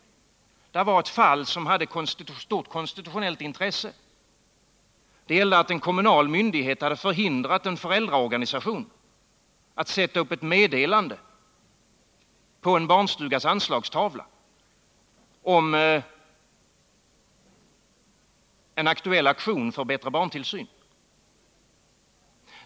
Där fanns det ett fall som hade stort konstitutionellt intresse. Det gällde att en kommunal myndighet förhindrat en föräldraorganisation att sätta upp ett meddelande på en barnstugas anslagstavla om en aktuell aktion för bättre barntillsyn.